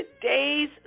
today's